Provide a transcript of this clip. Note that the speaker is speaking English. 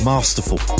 Masterful